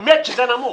האמת שזה נמוך.